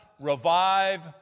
revive